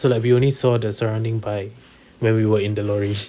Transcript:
so we only saw the surrounding by when we were in the lorry